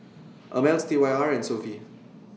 Ameltz T Y R and Sofy